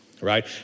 right